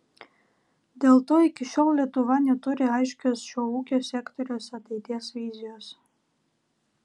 dėl to iki šiol lietuva neturi aiškios šio ūkio sektoriaus ateities vizijos